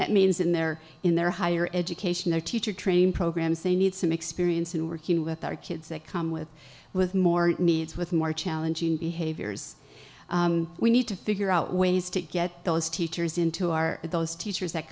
that means in their in their higher education their teacher training programs they need some experience in working with our kids that come with with more needs with more challenging behaviors we need to figure out ways to get those teachers into our those teachers that